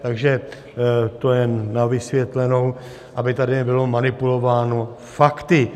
Takže to jen na vysvětlenou, aby tady nebylo manipulováno fakty.